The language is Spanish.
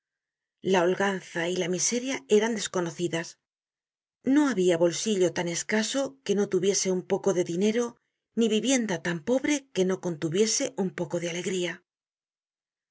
la holganza y la miseria eran desconocidas no habia bolsillo tan escaso que no tuviese un poco de dinero ni vivienda tan pobre que no contuviese un poco de alegría